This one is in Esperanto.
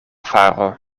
faro